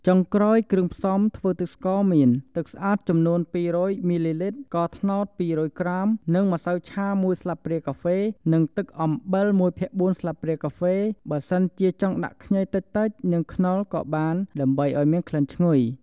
ចុងក្រោយ គឺគ្រឿងផ្សំធ្វើទឹកស្ករមាន ទឹកស្អាតចំនួន២០០មីលីលីត្រ ស្ករត្នោត២០០ក្រាម និងម្សៅឆាមួយស្លាបព្រាកាហ្វេ និងអំបិលមួយភាគបួនស្លាបព្រាកាហ្វ បើសិនជាចង់ដាក់ខ្ញីតិចៗនិងខ្នុរក៏បានដើម្បីឲ្យមានក្លិនឈ្ងុយ។